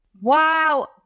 Wow